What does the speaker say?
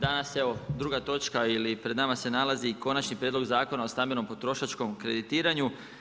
Danas evo druga točka ili pred nama se nalazi i Konačni prijedlog zakona o stambenom potrošačkom kreditiranju.